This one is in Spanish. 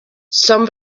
son